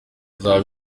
bizaba